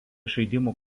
žaidimų